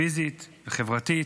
פיזית וחברתית.